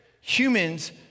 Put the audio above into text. humans